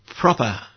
proper